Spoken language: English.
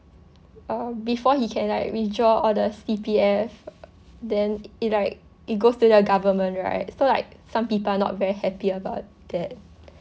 um before he can like withdraw all the C_P_F then it like it goes to the government right so like some people are not very happy about that